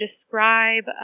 describe